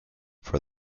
for